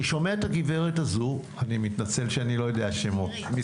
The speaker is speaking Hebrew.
אני שומע את הגב' הזו ממשרד החינוך,